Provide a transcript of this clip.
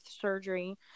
surgery